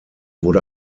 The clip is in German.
wurde